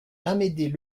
amédée